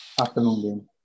Afternoon